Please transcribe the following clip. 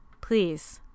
please